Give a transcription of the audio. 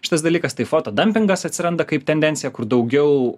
šitas dalykas tai foto dampingas atsiranda kaip tendencija kur daugiau